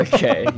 Okay